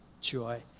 joy